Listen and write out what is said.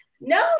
no